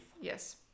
yes